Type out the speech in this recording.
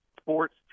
sports